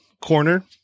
corner